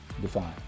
Defined